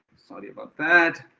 sorry about that,